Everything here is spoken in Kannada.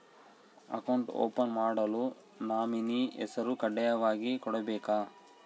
ಅಕೌಂಟ್ ಓಪನ್ ಮಾಡಲು ನಾಮಿನಿ ಹೆಸರು ಕಡ್ಡಾಯವಾಗಿ ಕೊಡಬೇಕಾ?